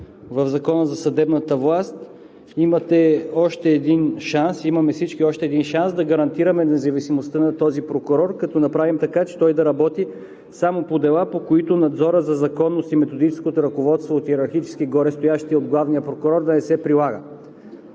в Закона за съдебната власт. Имате още един шанс, всички имаме още един шанс да гарантираме независимостта на този прокурор, като направим така, че той да работи само по дела, по които надзорът за законност и методическото ръководство от йерархически горестоящия от главния прокурор да не се прилага.